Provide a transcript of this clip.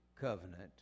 covenant